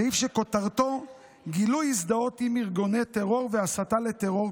סעיף שכותרתו "גילוי הזדהות עם ארגוני טרור והסתה לטרור",